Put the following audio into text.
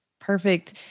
Perfect